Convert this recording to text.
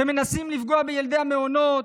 אתם מנסים לפגוע בילדי המעונות,